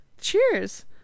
Cheers